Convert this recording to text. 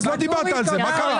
אז לא דיברת על זה, מה קרה?